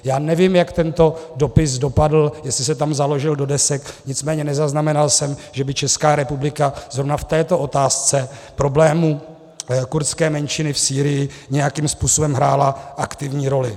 Já nevím, jak tento dopis dopadl, jestli se tam založil do desek, nicméně nezaznamenal jsem, že by Česká republika zrovna v této otázce problému kurdské menšiny v Sýrii nějakým způsobem hrála aktivní roli.